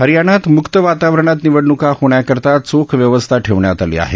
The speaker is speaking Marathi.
हरयाणात मुक्त वातावरणात निवडणुका होण्याकरता चोख व्यवस्था ठेवण्यात आली आहे